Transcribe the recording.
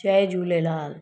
Jay Jhulelal